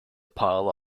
pile